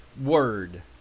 word